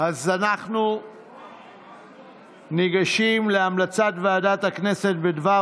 אנחנו ניגשים להמלצת ועדת הכנסת בדבר